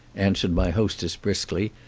answered my hostess briskly,